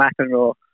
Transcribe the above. McEnroe